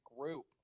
group